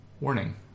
Warning